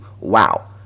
Wow